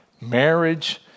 marriage